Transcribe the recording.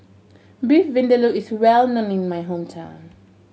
Beef Vindaloo is well known in my hometown